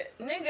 Nigga